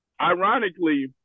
ironically